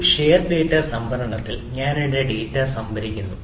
ഒരു സ്റ്റോറിൽ സംഭരണത്തിൽ ഞാൻ എന്റെ ഡാറ്റ സംഭരിക്കുന്നു